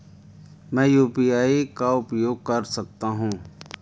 मैं यू.पी.आई का उपयोग कहां कर सकता हूं?